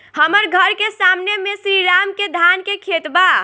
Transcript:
हमर घर के सामने में श्री राम के धान के खेत बा